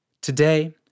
Today